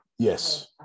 Yes